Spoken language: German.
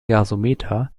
gasometer